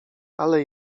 ale